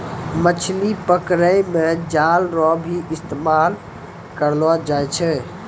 मछली पकड़ै मे जाल रो भी इस्तेमाल करलो जाय छै